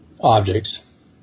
objects